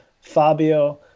Fabio